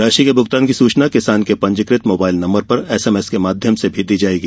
राशि के भूगतान की सूचना किसान के पंजीकृत मोबाइल नम्बर पर एसएमएस के माध्यम से दी जायेगी